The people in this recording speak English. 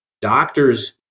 Doctors